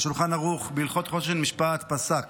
שולחן ערוך בהלכות חושן משפט פסק